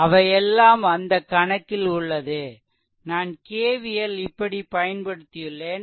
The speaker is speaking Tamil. அவைஎல்லாம் அந்த கணக்கில் உள்ளது நான் K V L இப்படி பயன்படுத்தியுள்ளேன்